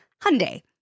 Hyundai